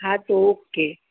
હા તો ઓકે